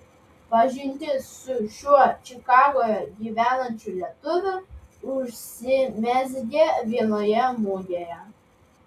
pažintis su šiuo čikagoje gyvenančiu lietuviu užsimezgė vienoje mugėje